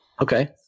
okay